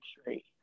straight